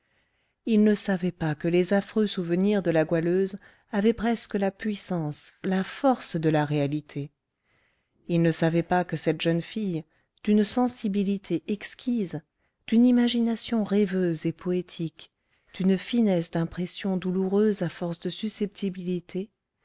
ils ne savaient pas que les affreux souvenirs de la goualeuse avaient presque la puissance la force de la réalité ils ne savaient pas que cette jeune fille d'une sensibilité exquise d'une imagination rêveuse et poétique d'une finesse d'impression douloureuse à force de susceptibilité